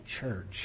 church